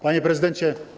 Panie Prezydencie!